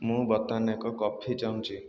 ମୁଁ ବର୍ତ୍ତମାନ ଏକ କଫି ଚାହୁଁଛି